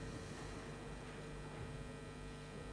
בבקשה.